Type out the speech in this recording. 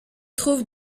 trouve